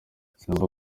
sinumva